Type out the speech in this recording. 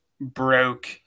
broke